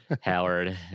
Howard